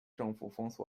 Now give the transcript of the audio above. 政府